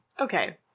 Okay